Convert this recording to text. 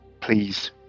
Please